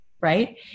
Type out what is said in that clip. right